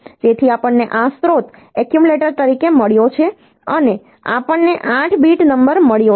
તેથી આપણને આ સ્ત્રોત એક્યુમ્યુલેટર તરીકે મળ્યો છે અને આપણને 8 bit નંબર મળ્યો છે